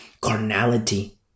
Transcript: carnality